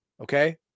okay